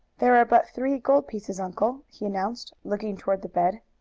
there are but three gold pieces, uncle, he announced, looking toward the bed.